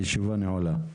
הישיבה נעולה.